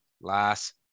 last